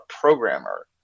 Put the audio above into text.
programmer